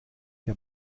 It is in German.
der